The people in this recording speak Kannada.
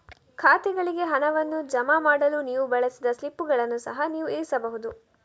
ಖಾತೆಗಳಿಗೆ ಹಣವನ್ನು ಜಮಾ ಮಾಡಲು ನೀವು ಬಳಸಿದ ಸ್ಲಿಪ್ಪುಗಳನ್ನು ಸಹ ನೀವು ಇರಿಸಬಹುದು